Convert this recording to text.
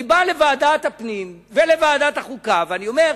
אני בא לוועדת הפנים ולוועדת החוקה ואני אומר: